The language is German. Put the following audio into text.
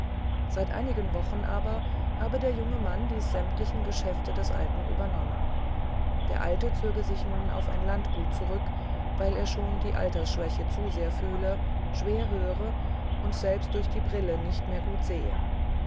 seit einigen wochen aber habe der junge mann die sämtlichen geschäfte des alten übernommen der alte zöge sich nun auf ein landgut zurück weil er schon die altersschwächen zu sehr fühle schwer höre und selbst durch die brille nicht mehr gut sehe